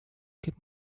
gib